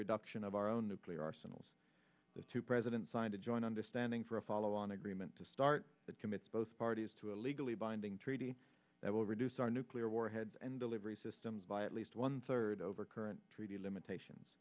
reduction of our own nuclear arsenals the two president signed a joint understanding for a follow on agreement to start it commits both parties to a legally binding treaty that will reduce our nuclear warheads and delivery systems by at least one third over current treaty limitations